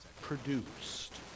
produced